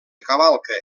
cavalca